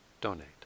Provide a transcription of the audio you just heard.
donate